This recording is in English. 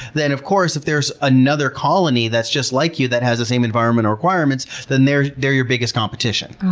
then of course if there's another colony that's just like you, that has the same environment or requirements, then they're they're your biggest competition. oh,